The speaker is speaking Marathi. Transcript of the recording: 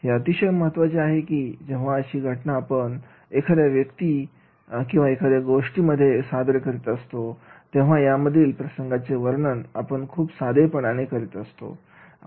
हे अतिशय महत्त्वाचे आहे कीजेव्हा अशी घटना आपण एखाद्या गोष्टी मध्ये सादर करीत असतो तेव्हा यामधील प्रसंगांचे वर्णन आपण खूप साधे पणानेसादर करीत असतो